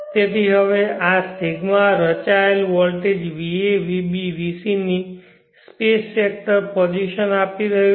તેથી હવે આ ρ રચાયેલ વોલ્ટેજ va vb vc ની સ્પેસ વેક્ટર પોઝિશન આપી રહ્યું છે